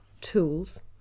tools